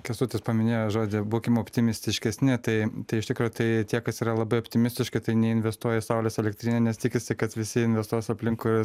kęstutis paminėjo žodžį būkim optimistiškesni tai iš tikro tai tie kas yra labai optimistiški tai neinvestuoja į saulės elektrinę nes tikisi kad visi investuos aplinkui